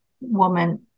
woman